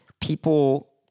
people